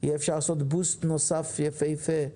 יהיה אפשר לעשות בוסט נוסף יפיפה.